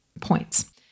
points